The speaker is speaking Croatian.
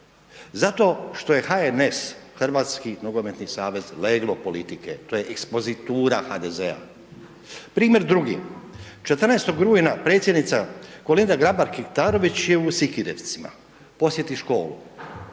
Zato što je HNS, Hrvatski nogometni savez leglo politike, to je ekspozitura HDZ-a. Primjer drugi, 14. rujna predsjednica Kolinda Grabar Kitarović je u Sikirevcima, posjeti školu,